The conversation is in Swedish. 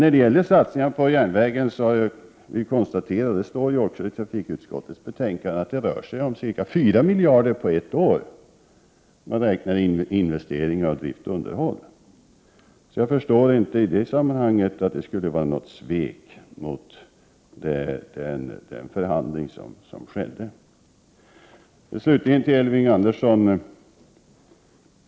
När det gäller satsningarna på järnvägen framgår det bl.a. av trafikutskottets betänkande att det rör sig om cirka 4 miljarder på ett år — investeringar, drift och underhåll medräknade. Jag förstår inte att man här kan tala om svek, med tanke på den förhandling som har skett. Slutligen, Elving Andersson!